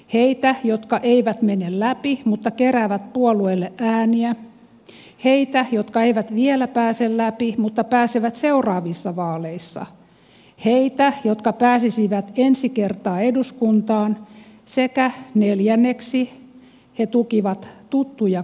heitä jotka eivät mene läpi mutta keräävät puolueelle ääniä heitä jotka eivät vielä pääse läpi mutta pääsevät seuraavissa vaaleissa heitä jotka pääsisivät ensi kertaa eduskuntaan sekä neljänneksi he tukivat tuttuja konkareita